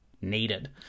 needed